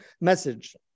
message